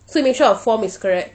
so he make sure our form is correct